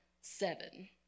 seven